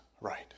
right